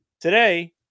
today